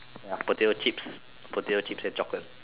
ya potato chips potato chips and chocolate